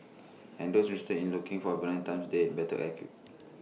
and those interested in looking for A Valentine's date better act queue